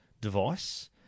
device